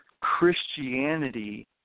Christianity